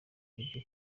ibyo